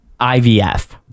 IVF